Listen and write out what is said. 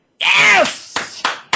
Yes